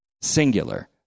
singular